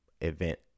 event